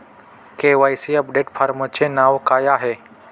KYC update फॉर्मचे नाव काय आहे?